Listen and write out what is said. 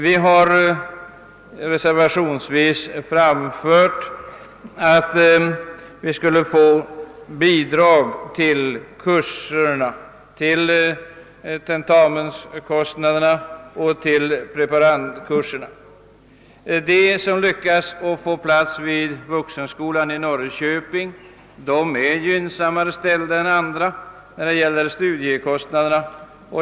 Vi har reservationsvis förordat att bidrag borde lämnas till kurserna, till tentamenskostnaderna och till preparandkurserna. De som lyckas få plats vid vuxenskolan i Norrköping har en gynnsammare ställning i fråga om hjälp till studiekostnader.